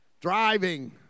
Driving